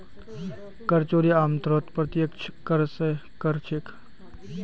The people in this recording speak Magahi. कर चोरी आमतौरत प्रत्यक्ष कर स कर छेक